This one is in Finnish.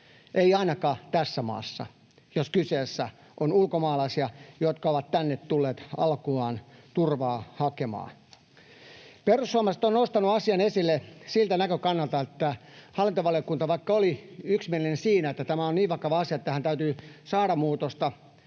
ei ainakaan tässä maassa, jos kyseessä ovat ulkomaalaiset, jotka ovat tänne tulleet alkuaan turvaa hakemaan. Perussuomalaiset ovat nostaneet asian esille siltä näkökannalta, että vaikka hallintovaliokunta oli yksimielinen siinä, että tämä on niin vakava asia, että tähän täytyy saada muutosta,